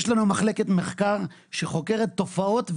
יש לנו מחלקת מחקר שחוקרת תופעות,